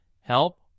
help